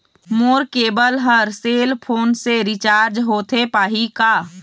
मोर cable हर cell phone से recharge होथे पाही का?